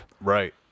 Right